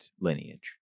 lineage